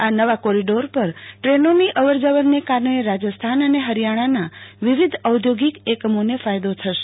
આ નવા કોરીડોર પર દ્રેનોની અવરજવરને કારણે રાજસ્થાન અને હરિયાણાના વિવિધ ઔદ્યોગિક એકમોને ફાયદો થશે